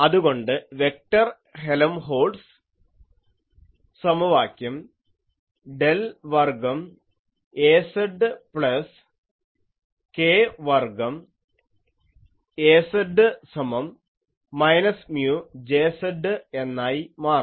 അതുകൊണ്ടുതന്നെ vector Helmholtz സമവാക്യം del വർഗ്ഗം Az പ്ലസ് k വർഗ്ഗം Az സമം മൈനസ് മ്യൂ Jz എന്നായി മാറും